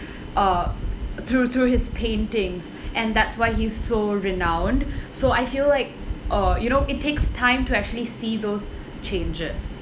uh through through his paintings and that's why he's so renowned so I feel like uh you know it takes time to actually see those changes